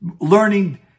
learning